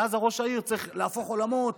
ואז ראש העיר צריך להפוך עולמות.